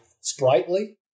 sprightly